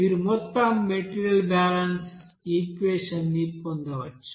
మీరు మొత్తం material balance equation ని పొందవచ్చు